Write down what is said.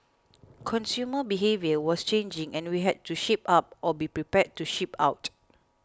consumer behaviour was changing and we had to shape up or be prepared to ship out